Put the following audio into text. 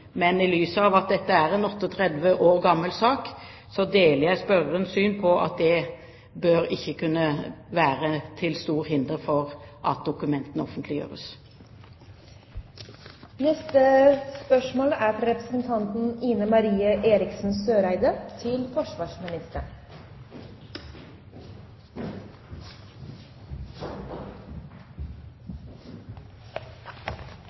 dette er en 38 år gammel sak, deler jeg spørrerens syn på at det ikke bør kunne være til stort hinder for at dokumentene